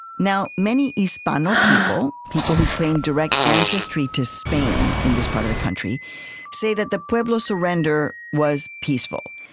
now, many hispano people people who claim direct ancestry to spain in this part of the country say that the pueblo surrender was peaceful.